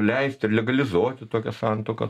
leisti legalizuoti tokias santuokas